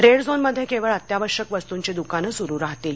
red झोनमध्ये केवळ अत्यावश्यक वस्तूंची दुकानं सुरू राहतील